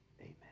amen